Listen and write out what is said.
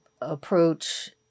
approach